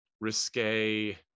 risque